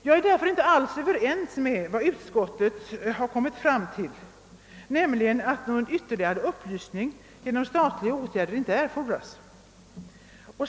Jag är därför inte överens med utskottet, som kommit fram till att någon ytterligare upplysning genom statliga åtgärder inte erfordras.